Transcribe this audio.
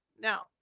Now